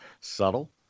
Subtle